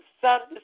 Sunday